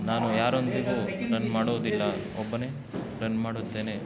ನಾನು ಯಾರೊಂದಿಗು ರನ್ ಮಾಡೋದಿಲ್ಲ ಒಬ್ಬನೆ ರನ್ ಮಾಡುತ್ತೇನೆ